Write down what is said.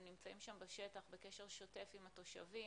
הם נמצאים שם בשטח, בקשר שוטף עם התושבים.